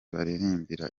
baririmbira